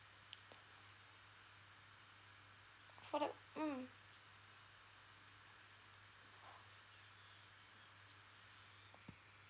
for the mm